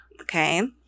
Okay